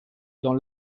dans